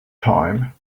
time